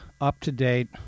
up-to-date